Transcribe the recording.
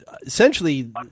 Essentially